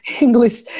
English